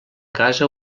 casa